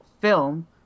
film